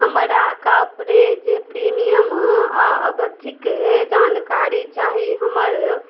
हमरा coverage premium आ अबधिक जानकारी चाही हमर